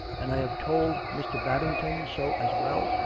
and i have told mr. babington so as well,